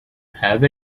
have